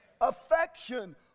Affection